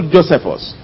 Josephus